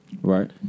Right